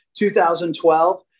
2012